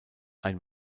ein